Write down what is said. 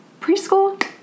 preschool